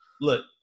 look